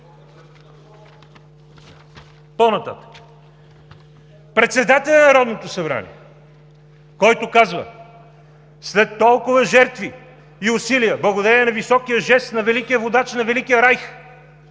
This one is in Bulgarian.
По-нататък. Председателят на Народното събрание, който казва: „След толкова жертви и усилия, благодарение на високия жест на великия водач на великия Райх